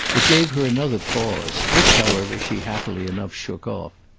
it gave her another pause which, however, she happily enough shook off.